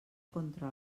contra